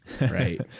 Right